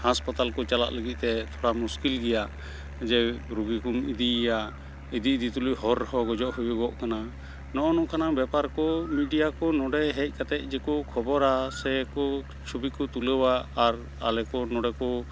ᱦᱟᱥᱯᱟᱛᱟᱞᱠᱚ ᱪᱟᱞᱟᱜ ᱞᱟᱹᱜᱤᱫᱛᱮ ᱛᱷᱚᱲᱟ ᱢᱩᱥᱠᱤᱞ ᱜᱮᱭᱟ ᱡᱮ ᱨᱩᱜᱤᱠᱚᱢ ᱤᱫᱤᱭᱮᱭᱟ ᱤᱫᱤᱼᱤᱫᱤ ᱛᱩᱞᱩᱡ ᱦᱚᱨ ᱨᱮᱦᱚᱸ ᱜᱚᱡᱚᱜ ᱦᱩᱭᱩᱜᱚᱜ ᱠᱟᱱᱟ ᱱᱚᱼᱚ ᱱᱚᱝᱠᱟᱱᱟᱜ ᱵᱮᱯᱟᱨᱠᱚ ᱢᱤᱰᱤᱭᱟᱠᱚ ᱱᱚᱰᱮ ᱦᱮᱡ ᱠᱟᱛᱮᱫ ᱡᱮ ᱠᱚ ᱠᱷᱚᱵᱚᱨᱟ ᱥᱮ ᱠᱚ ᱪᱷᱚᱵᱤᱠᱚ ᱛᱩᱞᱟᱹᱣᱟ ᱟᱨ ᱟᱞᱮᱠᱚ ᱱᱚᱰᱮᱠᱚ